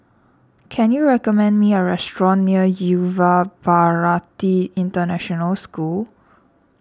can you recommend me a restaurant near Yuva Bharati International School